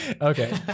Okay